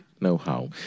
know-how